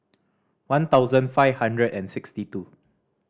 one thousand five hundred and sixty two